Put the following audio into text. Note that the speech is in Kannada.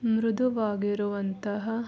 ಮೃದುವಾಗಿರುವಂತಹ